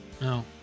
No